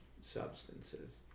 substances